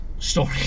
Story